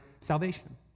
salvation